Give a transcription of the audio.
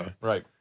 right